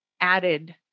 added